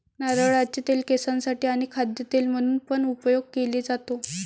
नारळाचे तेल केसांसाठी आणी खाद्य तेल म्हणून पण उपयोग केले जातो